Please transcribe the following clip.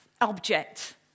object